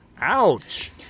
Ouch